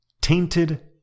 Tainted